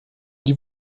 die